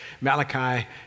Malachi